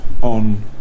on